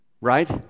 Right